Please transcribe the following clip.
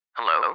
Hello